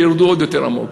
שירדו עוד יותר עמוק.